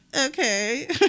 okay